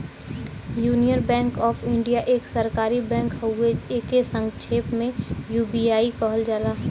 union Bank of India एक सरकारी bank हउवे एके संक्षेप में यू.बी.आई कहल जाला